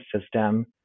system